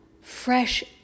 fresh